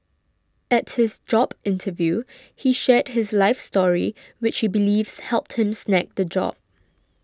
at his job interview he shared his life story which he believes helped him snag the job